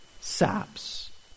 saps